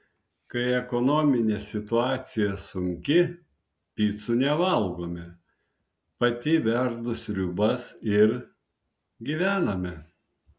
kai ekonominė situacija sunki picų nevalgome pati verdu sriubas ir gyvename